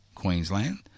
Queensland